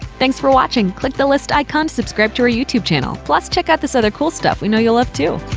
thanks for watching! click the list icon to subscribe to our youtube channel. plus, check out this other cool stuff we know you'll love too!